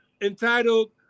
entitled